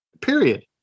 Period